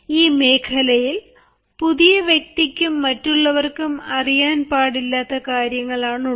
ഈ മേഖലയിൽ പുതിയ വ്യക്തിക്കും മറ്റുള്ളവർക്കും അറിയാൻ പാടില്ലാത്ത കാര്യങ്ങൾ ആണുള്ളത്